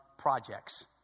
Projects